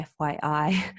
FYI